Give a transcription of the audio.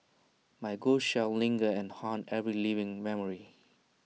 my ghost shall linger and haunt every living memory